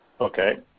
Okay